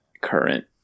current